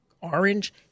orange